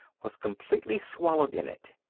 was completely swallowed in it.